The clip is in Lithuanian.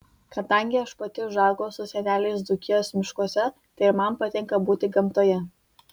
kadangi aš pati užaugau su seneliais dzūkijos miškuose tai ir man patinka būti gamtoje